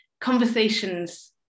conversations